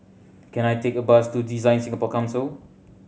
can I take a bus to DesignSingapore Council